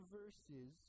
verses